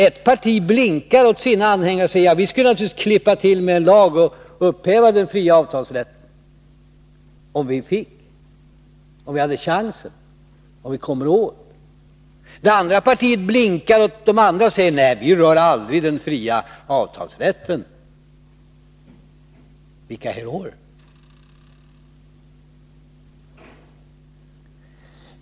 Ett parti blinkar åt sina anhängare och säger: Vi skulle naturligtvis klippa till med en lag och upphäva den fria avtalsrätten — om vi fick, om vi hade chansen, om vi kommer åt. Det andra partiet blinkar åt de andra och säger: Nej, vi rör aldrig den fria avtalsrätten. Vilka heroer!